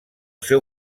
seu